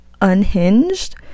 unhinged